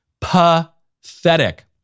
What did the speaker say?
Pathetic